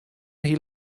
hie